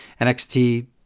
NXT